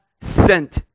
sent